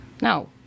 No